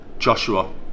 Joshua